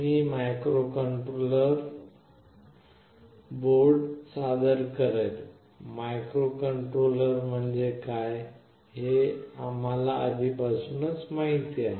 मी microcontroller board सादर करेल microcontroller म्हणजे काय हे आम्हाला आधीपासूनच माहित आहे